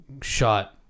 shot